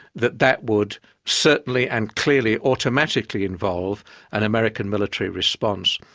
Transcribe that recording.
that that would certainly and clearly automatically involve an american military response.